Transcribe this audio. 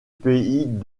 pays